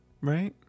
right